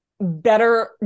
better